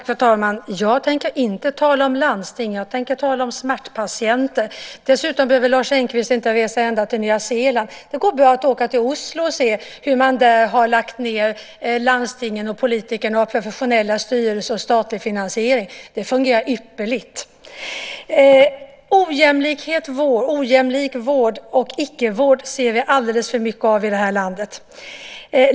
Fru talman! Jag tänker inte tala om landsting. Jag tänker tala om smärtpatienter. Dessutom behöver Lars Engqvist inte resa ända till Nya Zeeland. Det går bra att åka till Oslo och se hur man där lagt ned landstingen, politikerna, professionella styrelser och statlig finansiering. Det fungerar ypperligt. Ojämlik vård och icke-vård ser vi alldeles för mycket av i landet.